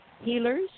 Healers